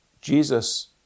Jesus